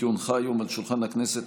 כי הונחה היום על שולחן הכנסת,